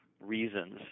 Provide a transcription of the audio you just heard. reasons